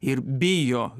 ir bijo